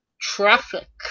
traffic